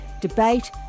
debate